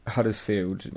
Huddersfield